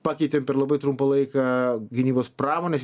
pakeitėm per labai trumpą laiką gynybos pramonės